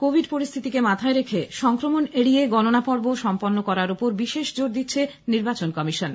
Covid পরিস্থিতিকে মাথায় রেখে সংক্রমণ এড়িয়ে গণনাপর্ব সম্পন্ন করার ওপর বিশেষ জোর দিচ্ছে নির্বাচন কমিশন